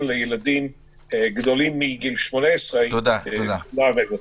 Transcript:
לילדים גדולים מגיל 18 ולערב אותם.